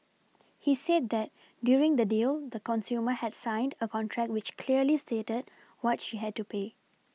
he said that during the deal the consumer had signed a contract which clearly stated what she had to pay